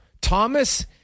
Thomas